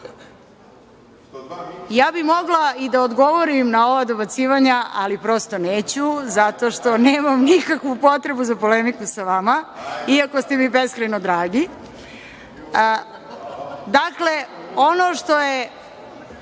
bih mogla i da odgovorim na ova dobacivanja, ali prosto neću, zato što nemam nikakvu potrebu za polemiku sa vama, iako ste mi beskrajno dragi. Ono što je